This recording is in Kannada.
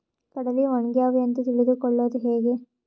ಕಡಲಿ ಒಣಗ್ಯಾವು ಎಂದು ತಿಳಿದು ಕೊಳ್ಳೋದು ಹೇಗೆ?